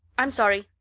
i'm sorry,